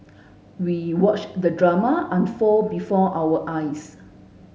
we watched the drama unfold before our eyes